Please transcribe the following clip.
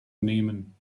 nehmen